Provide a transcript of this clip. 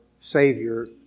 Savior